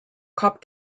cop